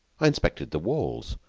inspected the walls,